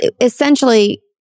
essentially